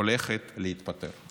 הולכת להתפטר.